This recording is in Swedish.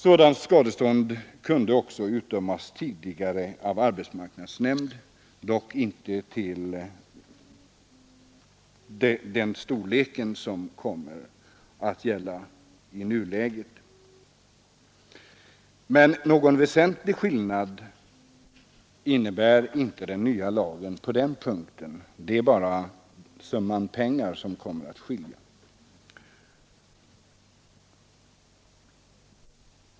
Sådant skadestånd kunde också utdömas tidigare av arbetsmarknadsnämnd, dock inte till den storlek som kommer att gälla i nuläget. Men någon väsentlig skillnad innebär inte den nya lagen på den punkten. Det är bara summan pengar som kommer att skilja.